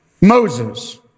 Moses